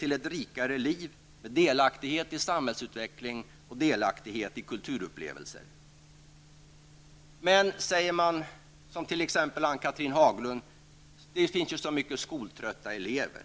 ett rikare liv med delaktighet i samhällsutveckling och kulturupplevelser. Ann-Cathrine Haglund sade att det finns väldigt många skoltrötta elever.